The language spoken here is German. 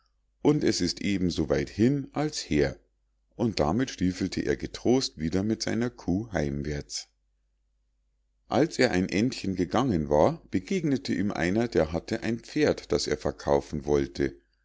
und es ist eben so weit hin als her und damit stiefelte er getrost wieder mit seiner kuh heimwärts als er ein endchen gegangen war begegnete ihm einer der hatte ein pferd das er verkaufen wollte